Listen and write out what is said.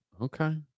Okay